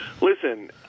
Listen